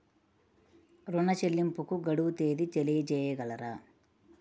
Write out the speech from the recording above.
ఋణ చెల్లింపుకు గడువు తేదీ తెలియచేయగలరా?